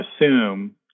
assume